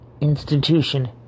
institution